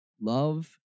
love